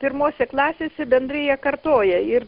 pirmose klasėse bendrai jie kartoja ir